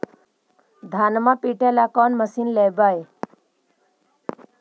धनमा पिटेला कौन मशीन लैबै?